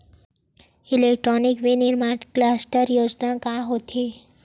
Electronic विनीर्माण cluster योजना का होथे?